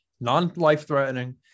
Non-life-threatening